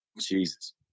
Jesus